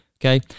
okay